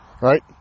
Right